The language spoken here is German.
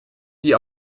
die